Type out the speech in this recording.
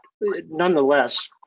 nonetheless